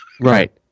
Right